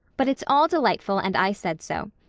but it's all delightful and i said so.